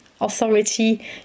authority